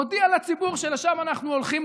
מודיע אתמול לציבור שלשם אנחנו הולכים,